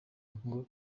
ngo